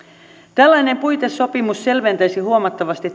tällainen puitesopimus selventäisi huomattavasti